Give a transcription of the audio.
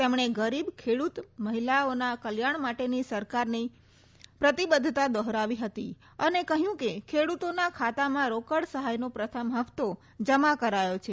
તેમણે ગરીબ ખેડ્રત મહિલાઓના કલ્યાણ માટેની સરકારની પ્રતિબદ્ધતા દોહરાવી હતી અને કહ્યું કે ખેડૂતોના ખાતામાં રોકડ સહાયનો પ્રથમ હપ્તો જમા કરાયો છે